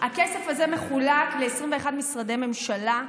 הכסף הזה מחולק ל-21 משרדי ממשלה,